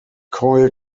coil